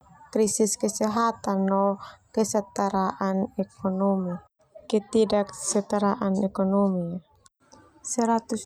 Krisis kesehatan no kesetaraan ekonomi, ketidaksetaraan ekonomi seartus.